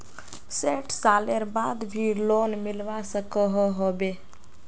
सैट सालेर बाद भी लोन मिलवा सकोहो होबे?